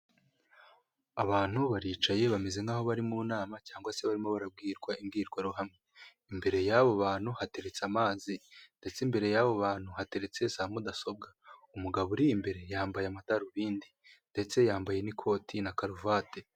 Abantu baricaye bameze nk'aho bari mu nama cyangwa se barimo barabwirwa imbwirwaruhame; imbere y'abo bantu hateretse amazi ndetse imbere y'abo bantu hateretse za mudasobwa, umugabo uri imbere yambaye amadarubindi ndetse yambaye n'ikoti na karuvati.